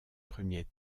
premier